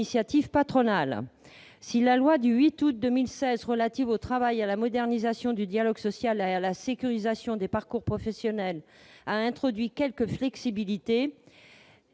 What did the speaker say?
patronale. Si la loi du 8 août 2016 relative au travail, à la modernisation du dialogue social et à la sécurisation des parcours professionnels a introduit quelques flexibilités,